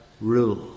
rule